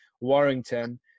Warrington